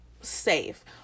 safe